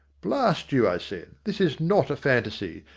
blast you, i said, this is not a fantaisie.